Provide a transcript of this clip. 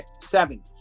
seven